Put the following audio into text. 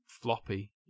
floppy